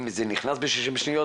אם זה נכנס ב-60 שניות,